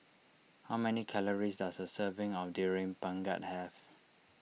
how many calories does a serving of Durian Pengat have